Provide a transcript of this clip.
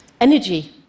energy